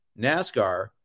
NASCAR